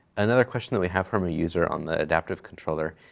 another question that we have from a user on the adaptive controller.